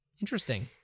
Interesting